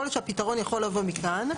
יכול להיות שהפתרון יכול לבוא מכאן.